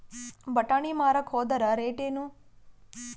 ಬಟಾನಿ ಮಾರಾಕ್ ಹೋದರ ರೇಟೇನು?